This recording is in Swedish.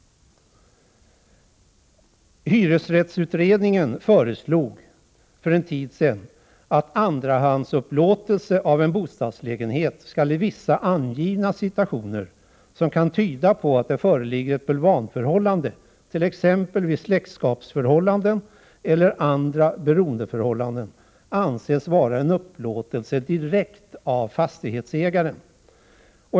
Hyresrättsutredningen föreslog för en tid sedan att andrahandsupplåtelse av en bostadslägenhet i vissa angivna situationer som kan tyda på att det föreligger ett bulvanförhållande, t.ex. när det gäller släktskapsförhållanden eller andra beroendeförhållanden, skall anses vara en upplåtelse direkt av fastighetsägaren.